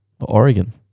Oregon